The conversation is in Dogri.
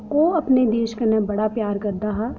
ओह् अपने देश कन्नै बड़ा प्यार करदा हा